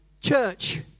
church